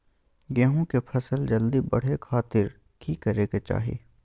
गेहूं के फसल जल्दी बड़े खातिर की करे के चाही?